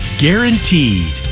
guaranteed